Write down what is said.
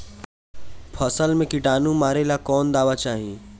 फसल में किटानु मारेला कौन दावा चाही?